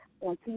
on